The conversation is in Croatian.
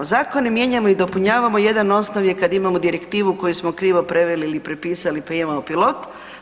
Zakone mijenjamo i dopunjavamo jedan osnov je kad imamo direktivu koju smo krivo preveli ili prepisali pa imamo pilot.